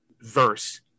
verse